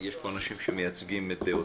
יש פה אנשים שמייצגים את דעותינו.